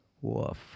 woof